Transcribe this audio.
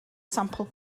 sampl